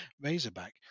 Razorback